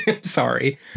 sorry